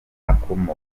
akomoka